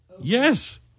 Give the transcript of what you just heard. Yes